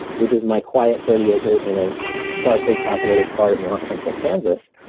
which is my quiet thirty acres in a sparsely populated part of north central kansas.